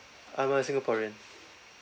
I'm a singaporean